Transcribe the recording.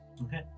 Okay